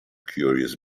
curious